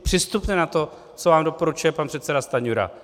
Přistupte na to, co vám doporučuje pan předseda Stanjura.